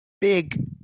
big